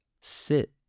sit